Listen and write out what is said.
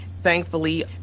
Thankfully